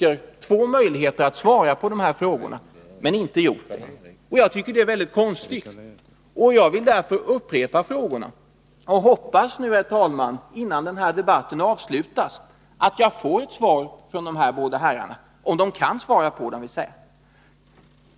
De har haft flera möjligheter att svara på frågorna, men de har inte gjort det, och jag tycker att det är väldigt konstigt. Jag vill därför upprepa frågorna och hoppas att jag, innan debatten avslutas, får svar från de här båda herrarna — om de kan svara.